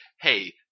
hey